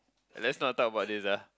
let not talk about this ah